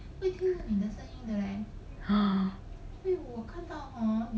oh